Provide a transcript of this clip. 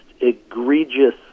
egregious